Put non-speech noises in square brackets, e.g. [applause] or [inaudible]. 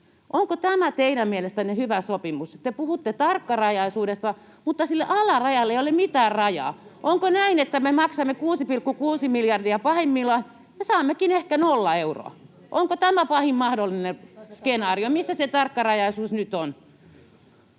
Onko tämä teidän mielestänne hyvä sopimus? Te puhutte tarkkarajaisuudesta, mutta sille alarajalle ei ole mitään rajaa. [noise] Onko näin, että me maksamme 6,6 miljardia pahimmillaan ja saammekin ehkä 0 euroa? Onko tämä pahin mahdollinen skenaario? Missä se tarkkarajaisuus nyt on?